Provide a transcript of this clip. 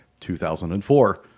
2004